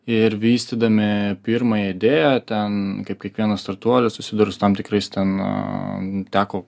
ir vystydami pirmąją idėją ten kaip kiekvienas startuolis susiduri su tam tikrais ten teko